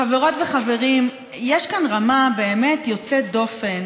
חברות וחברים, יש כאן רמה באמת יוצאת דופן